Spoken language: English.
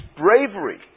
bravery